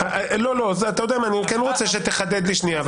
אני כן רוצה שתחדד לי שנייה.